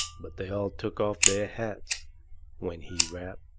but they all took off their hats when he rapped,